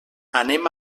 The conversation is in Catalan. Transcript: anem